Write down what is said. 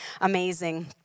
amazing